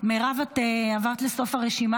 אדוני השר,